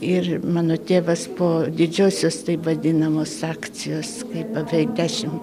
ir mano tėvas po didžiosios taip vadinamos akcijos kai beveik dešimt